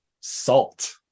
Salt